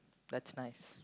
that's nice